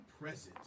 presence